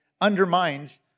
undermines